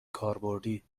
کاربردی